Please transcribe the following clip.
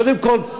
קודם כול,